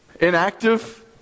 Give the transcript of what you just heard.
Inactive